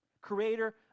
creator